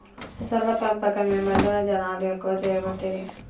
మొసళ్ల పెంపకం ఈ మధ్యన జనాలు ఎక్కువ చేయబట్టిరి